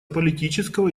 политического